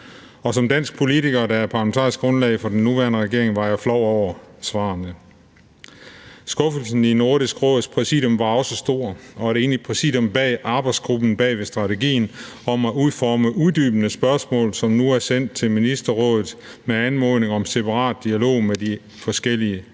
Og som dansk politiker, der er parlamentarisk grundlag for den nuværende regering, var jeg flov over svarene. Skuffelsen i Nordisk Råds præsidium var også stor, og et enigt præsidium bad arbejdsgruppen bag strategien om at udforme uddybende spørgsmål, som nu er sendt til ministerrådet med anmodning om separat dialog med de forskellige ministre.